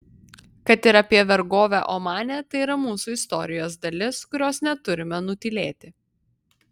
kad ir apie vergovę omane tai yra mūsų istorijos dalis kurios neturime nutylėti